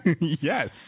Yes